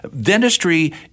Dentistry